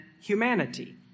humanity